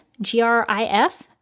G-R-I-F